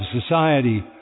society